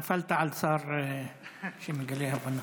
נפלת על שר שמגלה הבנה.